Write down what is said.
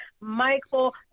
Michael